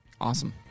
Awesome